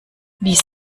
dies